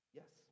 yes